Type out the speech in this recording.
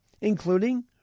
including